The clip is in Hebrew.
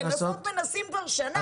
לנסות מנסים כבר שנה.